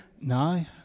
No